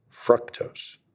fructose